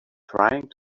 trying